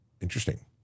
interesting